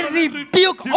rebuke